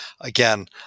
again